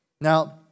Now